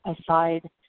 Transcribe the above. aside